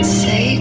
say